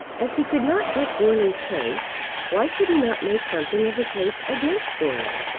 as he could not get goarly's case why should he not make something of the case against goarly?